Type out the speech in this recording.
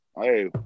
Hey